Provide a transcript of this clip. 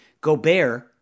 Gobert